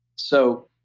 so,